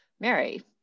Mary